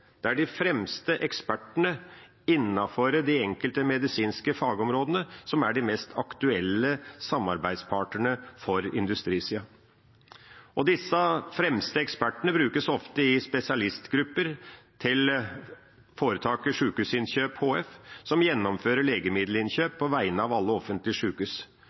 Det er de fremste ekspertene innenfor de enkelte medisinske fagområdene som er de mest aktuelle samarbeidspartnerne for industrisida. Disse fremste ekspertene brukes ofte i spesialistgrupper til foretaket Sykehusinnkjøp HF, som gjennomfører legemiddelinnkjøp på vegne av alle offentlige